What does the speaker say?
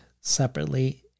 separately